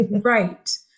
Right